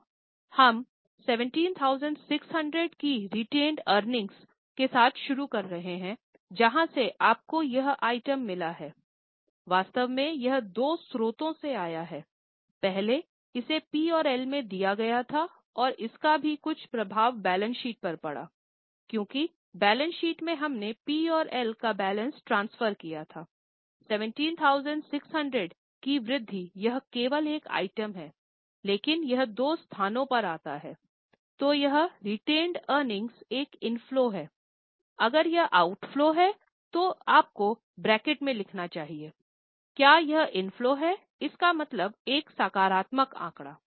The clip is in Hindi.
सो हम 17600 की रेटेनेड एअर्निंग्स एक इनफ्लो है अगर यह ऑउटफ्लो है तो आपको ब्रैकेट में लिखना चाहिए क्या यह इन्फ्लो हैइसका मतलब है एक सकारात्मक आंकड़ा